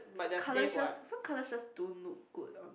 some colours just some colours just don't look good on